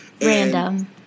Random